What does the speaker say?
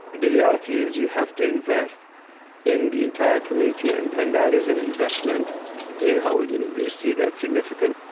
the reality is you have to invest in the entire community, and and that is an investment in howard university that significant.